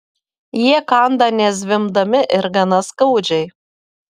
jie kanda nezvimbdami ir gana skaudžiai